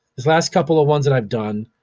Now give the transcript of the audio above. these last couple of ones that i've done,